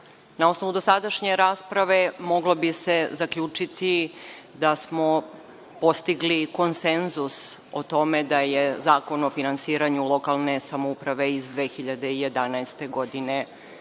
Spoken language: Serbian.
na osnovu dosadašnje rasprave moglo bi se zaključiti da smo postigli konsenzus o tome da je Zakon o finansiranju lokalne samo uprave iz 2011. godine